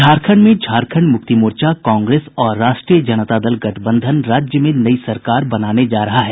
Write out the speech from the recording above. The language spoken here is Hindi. झारखंड में झारखंड मुक्ति मोर्चा कांग्रेस और राष्ट्रीय जनता दल गठबंधन राज्य में नई सरकार बनाने जा रहा है